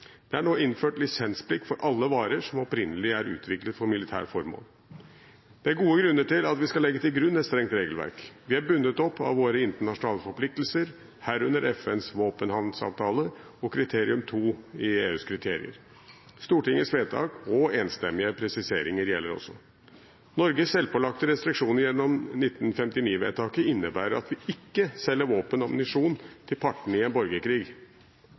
Det er nå innført lisensplikt for alle varer som opprinnelig er utviklet for militært formål. Det er gode grunner til at vi skal legge til grunn et strengt regelverk. Vi er bundet opp av våre internasjonale forpliktelser, herunder FNs våpenhandelsavtale og kriterium 2 i EUs kriterier. Stortingets vedtak og enstemmige presiseringer gjelder også. Norges selvpålagte restriksjoner gjennom 1959-vedtaket innebærer at vi ikke selger våpen og ammunisjon til partene i en borgerkrig.